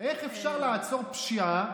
איך אפשר לעצור פשיעה,